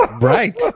Right